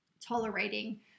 tolerating